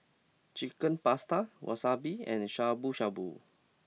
Chicken Pasta Wasabi and Shabu Shabu